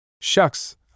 Shucks